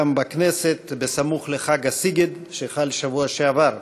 גם בכנסת, סמוך לחג הסיגד, שחל בשבוע שעבר.